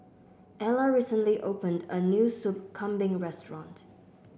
Ellar recently opened a new Soup Kambing restaurant